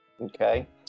okay